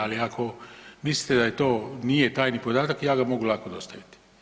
Ali ako mislite da to nije tajni podatak, ja ga mogu lako dostaviti.